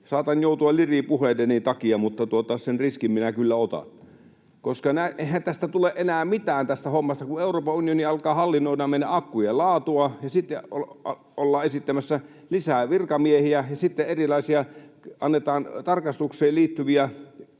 Saatan joutua liriin puheideni takia, mutta sen riskin minä kyllä otan, koska eihän tästä hommasta tule enää mitään, kun Euroopan unioni alkaa hallinnoida meidän akkujen laatua. Sitten ollaan esittämässä lisää virkamiehiä ja sitten annetaan erilaisia tarkastukseen liittyviä